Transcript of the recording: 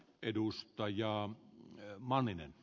arvoisa puhemies